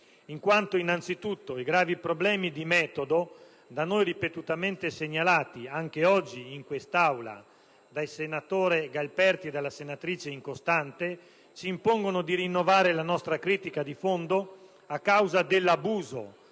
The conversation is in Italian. tutto in quanto i gravi problemi di metodo da noi ripetutamente segnalati, anche oggi in quest'Aula, dal senatore Galperti e dalla senatrice Incostante, ci impongono di rinnovare la nostra critica di fondo, a causa dell'abuso